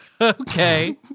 Okay